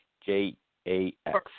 J-A-X